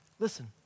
Listen